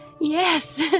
yes